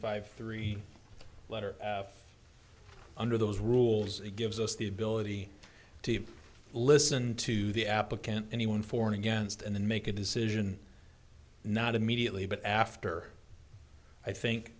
five three letter under those rules it gives us the ability to listen to the applicant anyone for and against and then make a decision not immediately but after i think